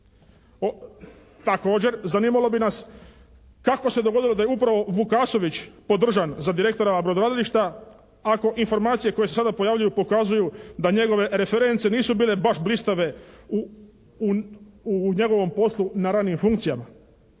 Također, zanimalo bi nas kako se dogodilo da je upravo Vukasović podržan za direktora brodogradilišta ako informacije koje se sada pojavljuju pokazuju da njegove reference nisu bile baš blistave u njegovom poslu na ranijim funkcijama?